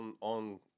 On